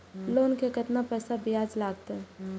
Loan के केतना पैसा ब्याज लागते?